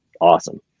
awesome